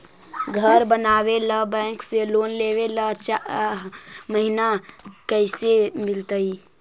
घर बनावे ल बैंक से लोन लेवे ल चाह महिना कैसे मिलतई?